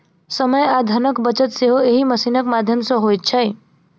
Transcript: समय आ धनक बचत सेहो एहि मशीनक माध्यम सॅ होइत छै